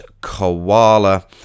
koala